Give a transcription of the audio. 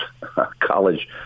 college